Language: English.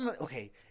Okay